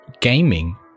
gaming